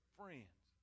friends